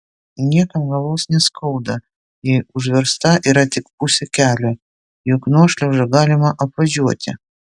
niekam galvos neskauda jei užversta yra tik pusė kelio juk nuošliaužą galima apvažiuoti